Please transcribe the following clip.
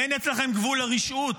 אין אצלכם גבול לרשעות?